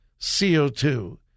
CO2